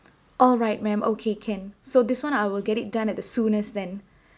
alright ma'am okay can so this one I will get it done at soonest then